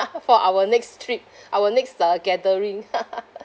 for our next trip our next uh gathering